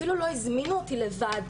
אפילו לא הזמינו אותי לוועדה,